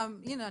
הנה,